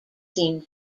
seen